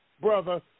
brother